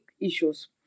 issues